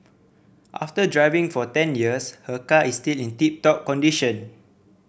after driving for ten years her car is still in tip top condition